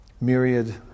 myriad